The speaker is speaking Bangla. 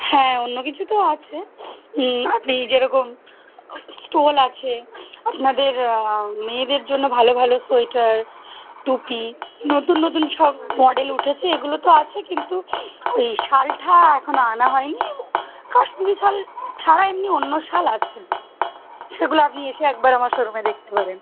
হ্যাঁ অন্য কিছু তো আছে আপনি যেরকম স্টোল আছে আপনাদের মেয়েদের জন্য ভালো ভালো সোয়েটার টুপি নতুন নতুন সব মডেল উঠেছে এগুলো তো আছে কিন্তু ওই সালটা এখনো আনা হয় নি কাশ্মীরি সাল ছাড়া এমনি অন্য সাল আছে সেগুলো আপনি এসে একবার আমার শোরুমে দেখতে পারেন